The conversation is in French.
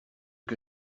que